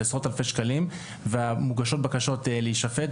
עשרות אלפי שקלים ומוגשות בקשות להישפט,